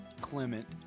Clement